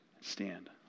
stand